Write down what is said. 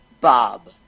Bob